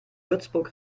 würzburg